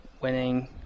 winning